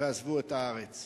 זאת אומרת זה לא במקרה.